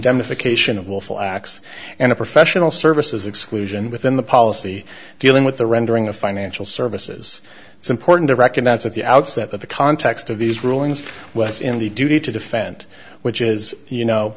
fication of willful acts and a professional services exclusion within the policy dealing with the rendering of financial services it's important to recognize at the outset that the context of these rulings was in the duty to defend which is you know